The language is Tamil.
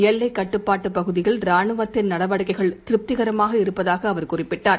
எல்லைக் கட்டுப்பாட்டுப் பகுதியில் ரானுவத்தின் நடவடிக்கைகள் திருப்திகரமாக இருப்பதாக அவர் குறிப்பிட்டார்